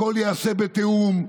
הכול ייעשה בתיאום.